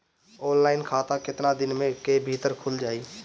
Online खाता केतना दिन के भीतर ख़ुल जाई?